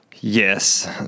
Yes